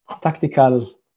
Tactical